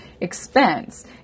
expense